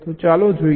તો ચાલો જોઈએ